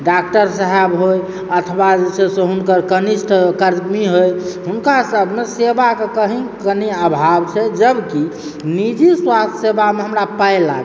doctor साहब होथि अथवा जे छै से हुनकर कनिष्ठ कर्मी होथि हुनका सभमे सेवाके कहीं कनि अभाव छै जबकि निजी स्वास्थ्य सेवामे हमरा पाइ लागइए